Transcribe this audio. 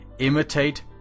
Imitate